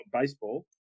baseball